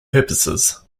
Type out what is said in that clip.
purposes